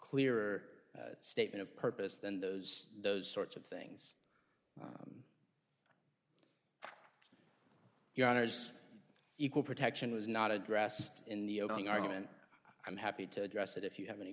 clearer statement of purpose than those those sorts of things your honour's equal protection was not addressed in the opening argument i'm happy to address it if you have any